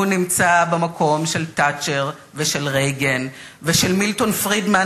הוא נמצא במקום של תאצ'ר ושל רייגן ושל מילטון פרידמן.